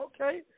Okay